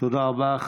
תודה רבה.